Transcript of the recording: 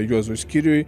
juozui skiriui